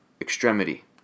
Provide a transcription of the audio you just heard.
Extremity